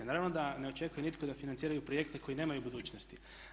Naravno da ne očekuje nitko da financiraju projekte koji nemaju budućnosti.